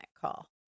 call